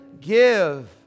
Give